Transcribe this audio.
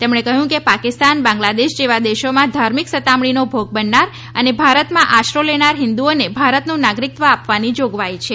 તેમણે કહ્યું કે પાકિસ્તાન બાંગ્લાદેશ જેવા દેશોમાં ધાર્મિક સતામણીનો ભોગ બનનાર અને ભારતમાં આસરો લેનાર હિંદુઓને ભારતનું નાગરિકત્વ આપવાની જોગવાઈ છે